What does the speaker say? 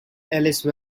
alice